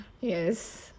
Yes